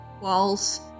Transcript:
walls